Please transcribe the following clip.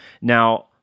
Now